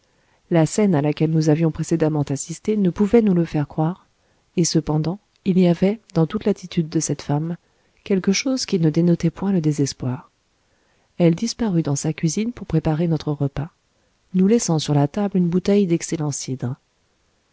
la scène à laquelle nous avions précédemment assisté ne pouvait nous le faire croire et cependant il y avait dans toute l'attitude de cette femme quelque chose qui ne dénotait point le désespoir elle disparut dans sa cuisine pour préparer notre repas nous laissant sur la table une bouteille d'excellent cidre